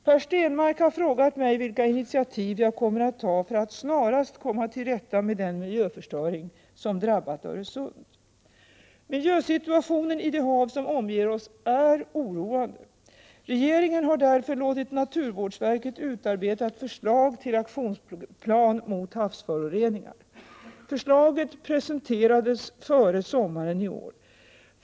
Per Stenmarck har frågat mig vilka initiativ jag kommer att ta för att snarast komma till rätta med den miljöförstöring som drabbat Öresund. Miljösituationen i de hav som omger oss är oroande. Regeringen har därför låtit naturvårdsverket utarbeta ett förslag till aktionsplan mot havsföroreningar. Förslaget presenterades före sommaren i år.